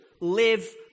live